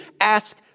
ask